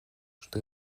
что